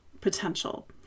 potential